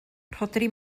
rhodri